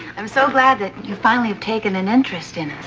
i'm so glad that you finally have taken an interest in